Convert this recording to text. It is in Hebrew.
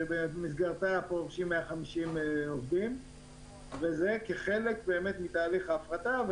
שבמסגרתה פורשים 150 עובדים כחלק מתהליך ההפרטה.